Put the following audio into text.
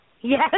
Yes